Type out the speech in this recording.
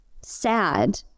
sad